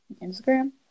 instagram